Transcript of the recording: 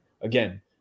Again